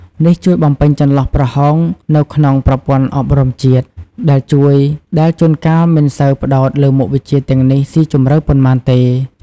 នេះជួយបំពេញចន្លោះប្រហោងនៅក្នុងប្រព័ន្ធអប់រំជាតិ ដែលជួនកាលមិនសូវផ្តោតលើមុខវិជ្ជាទាំងនេះស៊ីជម្រៅប៉ុន្មានទេ។